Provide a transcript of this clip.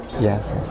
yes